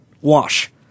Wash